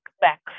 back